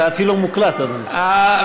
זה אפילו מוקלט, אדוני.